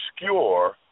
obscure